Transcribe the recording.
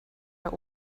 der